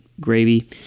gravy